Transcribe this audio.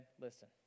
listen